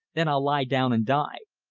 then i'll lie down and die.